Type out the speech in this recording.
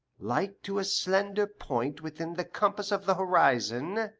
like to a slender point within the compass of the horizon,